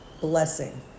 blessing